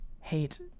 hate